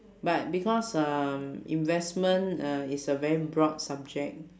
but because um investment uh is a very broad subject